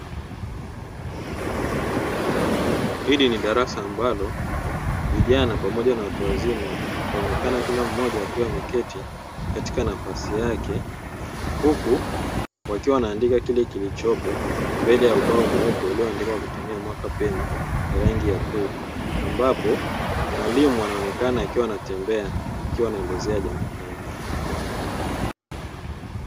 Hili ni darasa ambalo vijana pamoja na watu wazima wanaonekana kila mkoja akiwa ameketi katika nafasi yake huku wakiwa wanaandika kile kilichopo mbele ya ubao mweupe, ulioandikwa kwa kutumia makapeni ya rangi ya bluu ambapo mwalimu anaonekana akiwa anatembea akiwa anaelezea jambo fulani.